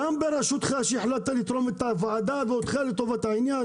גם בראשותך שהחלטת לרתום את הוועדה ואותך לטובת העניין